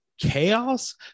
chaos